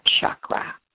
chakra